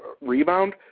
rebound